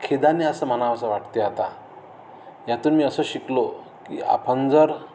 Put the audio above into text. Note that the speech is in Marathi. खेदाने असं म्हणावंसं वाटते आता यातून मी असं शिकलो की आपण जर